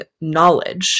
knowledge